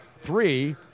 three